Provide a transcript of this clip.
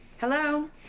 Hello